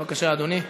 בבקשה, אדוני.